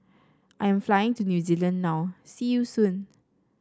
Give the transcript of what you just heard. I am flying to New Zealand now see you soon